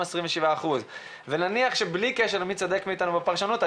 27%. נניח שבלי קשר למי שצודק מאתנו בפרשנות,